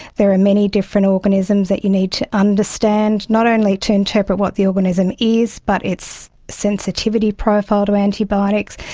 there are many different organisms that you need to understand, not only to interpret what the organism is but its sensitivity profile to antibiotics.